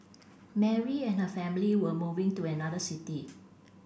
Mary and her family were moving to another city